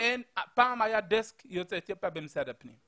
פעם היה דסק יוצאי אתיופיה במשרד הפנים.